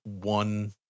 one